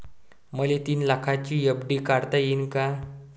मले तीन लाखाची एफ.डी काढता येईन का?